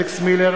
נגד אלכס מילר,